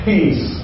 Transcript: Peace